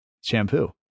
shampoo